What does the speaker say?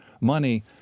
money